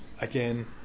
again